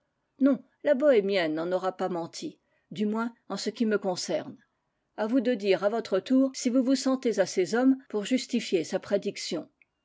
non la bohémienne n'en aura pas menti du moins en ce qui me concerne a vous de dire à votre tour si vous vous sentez assez hommes pour justifier sa prédiction